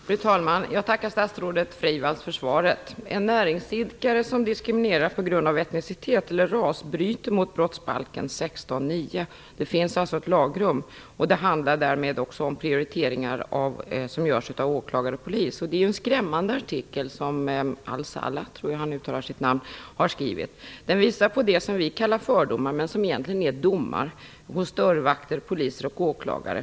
Fru talman! Jag tackar statsrådet Freivalds för svaret. En näringsidkare som diskrimineras på grund av etniskt ursprung eller ras bryter mot 16 kap. 9 § brottsbalken. Det finns alltså ett lagrum för detta, och det handlar därmed också om de prioriteringar som görs av åklagare och polis. Det är en skrämmande artikel som Jesús Alcalá har skrivit. Den visar på sådant som vi kallar fördomar, men som egentligen är domar, hos dörrvakter, poliser och åklagare.